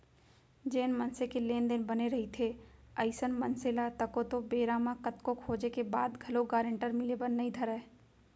जेन मनसे के लेन देन बने रहिथे अइसन मनसे ल तको तो बेरा म कतको खोजें के बाद घलोक गारंटर मिले बर नइ धरय